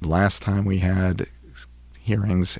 the last time we had hearings